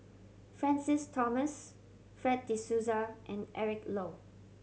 Francis Thomas Fred De Souza and Eric Low